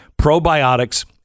probiotics